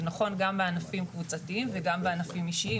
זה נכון גם בענפים קבוצתיים וגם בענפים אישיים.